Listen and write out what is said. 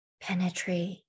penetrate